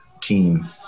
team